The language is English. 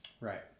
Right